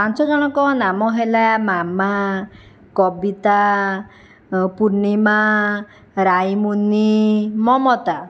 ପାଞ୍ଚ ଜଣଙ୍କ ନାମ ହେଲା ମାମା କବିତା ପୂର୍ଣ୍ଣିମା ରାଇମୁନି ମମତା